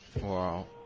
Wow